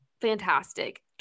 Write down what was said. fantastic